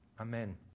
amen